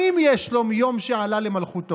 כמה שנים יש לו מיום שעלה למלכותו?